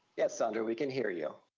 yes, sandra, we can hear you.